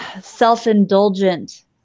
self-indulgent